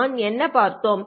நாம் என்ன பார்த்தோம்